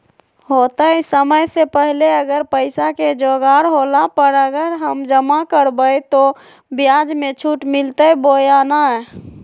होतय समय से पहले अगर पैसा के जोगाड़ होला पर, अगर हम जमा करबय तो, ब्याज मे छुट मिलते बोया नय?